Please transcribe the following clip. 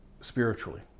spiritually